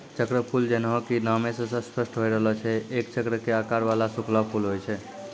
चक्रफूल जैन्हों कि नामै स स्पष्ट होय रहलो छै एक चक्र के आकार वाला सूखलो फूल होय छै